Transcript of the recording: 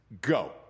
go